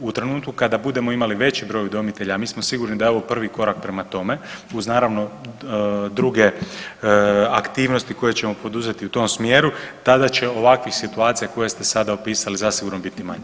U trenutku kada budemo imali veći broj udomitelja, a mi smo sigurni da je ovo prvi korak prema tome uz naravno druge aktivnosti koje ćemo poduzeti u tom smjeru, tada će ovakvih situacija koje ste sada opisali zasigurno biti manje.